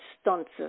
stunts